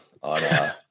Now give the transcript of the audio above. on